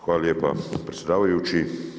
Hvala lijepa predsjedavajući.